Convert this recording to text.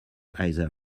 either